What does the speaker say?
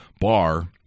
bar